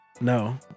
No